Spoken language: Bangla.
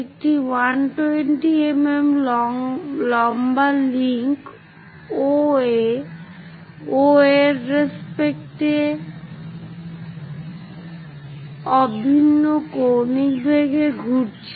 একটি 120 mm লম্বা লিঙ্ক OA O এর রেস্পেক্ট এ অভিন্ন কৌণিক বেগে ঘুরছে